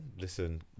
Listen